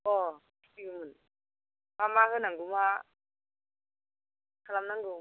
अह फिसियोमोन मा मा होनांगौ मा खालामनांगौ